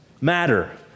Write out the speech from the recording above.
matter